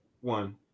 One